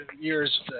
years